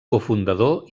cofundador